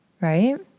right